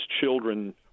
children